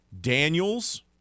Daniels